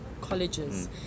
colleges